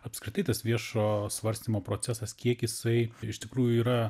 apskritai tas viešo svarstymo procesas kiek jisai iš tikrųjų yra